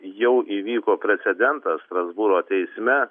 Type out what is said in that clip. jau įvyko precedentas strasbūro teisme